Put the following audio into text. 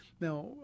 Now